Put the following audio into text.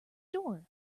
door